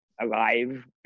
alive